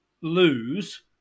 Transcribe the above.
lose